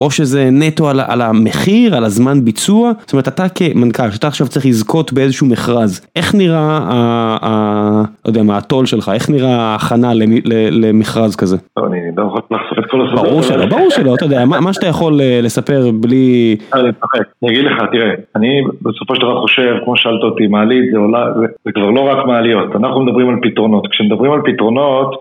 או שזה נטו על ה... על המחיר, על הזמן ביצוע, זאת אומרת אתה כמנכ"ל, כשאתה עכשיו צריך לזכות באיזשהו מכרז, איך נראה ה... ה... לא יודע מה, הטון שלך, איך נראה ההכנה ל... למכרז כזה? -טוב, אני לא יכול להחזיק את כל הסודות, -ברור שלא, ברור שלא, אתה יודע, מה, מה שאתה יכול לספר בלי... -אני אגיד לך, תראה, אני בסופו של דבר חושב, כמו ששאלת אותי, מעלית זה עולם, זה כבר לא רק מעליות, אנחנו מדברים על פתרונות. כשמדברים על פתרונות,